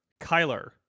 Kyler